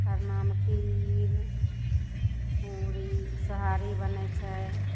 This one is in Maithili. खरनामे चिन्नी पूड़ी सोहारी बनय छै